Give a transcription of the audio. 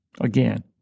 Again